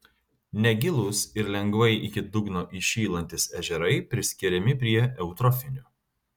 negilūs ir lengvai iki dugno įšylantys ežerai priskiriami prie eutrofinių